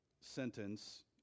sentence